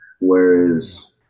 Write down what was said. whereas